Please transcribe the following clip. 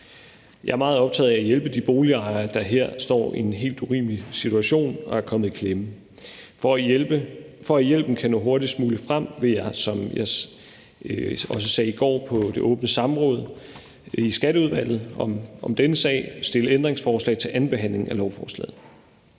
Jeg er meget optaget af at hjælpe de boligejere, der her står i en helt urimelig situation og er kommet i klemme. For at hjælpen kan nå hurtigst muligt frem, vil jeg, som jeg også sagde i går på det åbne samråd i Skatteudvalget om denne sag, stille ændringsforslag til andenbehandlingen af lovforslaget.